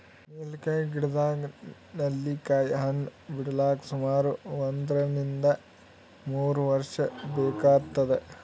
ನೆಲ್ಲಿಕಾಯಿ ಗಿಡದಾಗ್ ನೆಲ್ಲಿಕಾಯಿ ಹಣ್ಣ್ ಬಿಡ್ಲಕ್ ಸುಮಾರ್ ಒಂದ್ರಿನ್ದ ಮೂರ್ ವರ್ಷ್ ಬೇಕಾತದ್